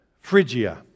Phrygia